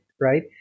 right